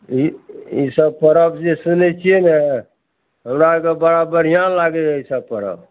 ई ईसब परब जे सुनै छिए ने हमरा आओरके बड़ा बढ़िआँ लागैए ईसब परब